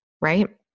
right